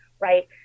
right